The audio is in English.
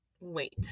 wait